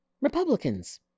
Republicans